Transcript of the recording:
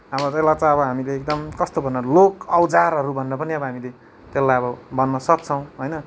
अब त्यसलाई चाहिँ हामीले एकदम कस्तो भन्नु अब लोक औजारहरू भन्नु पनि अब हामीले त्यसलाई अब भन्न सक्छौँ होइन